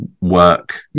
work